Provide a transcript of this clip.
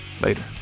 Later